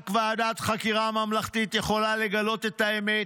רק ועדת חקירה ממלכתית יכולה לגלות את האמת,